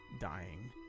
dying